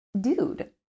dude